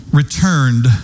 returned